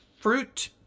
fruit